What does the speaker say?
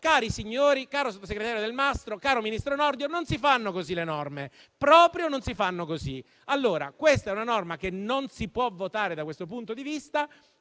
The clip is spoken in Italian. Cari signori, caro sottosegretario Delmastro, caro ministro Nordio, non si fanno così le norme. Proprio non si fanno così. Questa è una norma che non si può votare, da questo punto di vista,